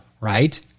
right